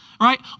right